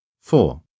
Four